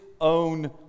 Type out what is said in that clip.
own